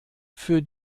für